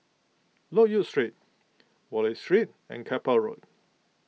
Loke Yew Street Wallich Street and Keppel Road